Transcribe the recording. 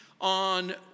on